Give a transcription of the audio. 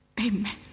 Amen